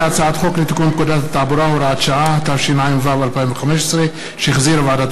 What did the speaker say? עברה בקריאה טרומית ותעבור להמשך דיון ולהכנתה לקריאה ראשונה בוועדת